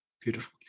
Beautiful